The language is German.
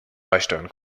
beisteuern